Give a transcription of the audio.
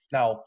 Now